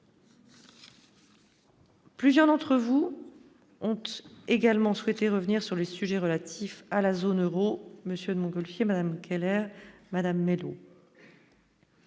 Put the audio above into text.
Plusieurs d'entre vous ont également souhaité revenir sur le sujet relatif à la zone Euro, monsieur de Montgolfier Madame Keller Madame Mellow.